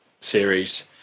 series